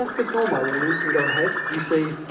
ah ignore my warning and go ahead. you say,